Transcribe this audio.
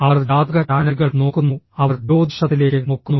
അവർ ജാതക ചാനലുകൾ നോക്കുന്നു അവർ ജ്യോതിഷത്തിലേക്ക് നോക്കുന്നു